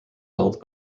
held